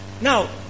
Now